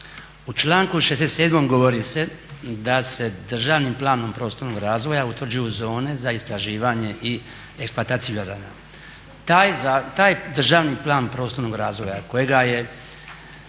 U članku 67.govori se da se državnim planom prostornog razvoja utvrđuju zone za istraživanje i eksploataciju Jadrana. Taj državni plan prostornog razvoja kojega je